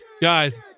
Guys